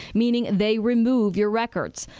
meaning they remove your records,